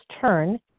Turn